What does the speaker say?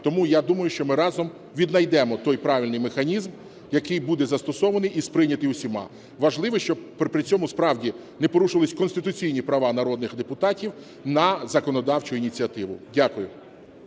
Тому я думаю, що ми разом віднайдемо той правильний механізм, який буде застосований і сприйнятий усіма. Важливо, щоб при цьому справді не порушувались конституційні права народних депутатів на законодавчу ініціативу. Дякую.